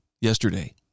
yesterday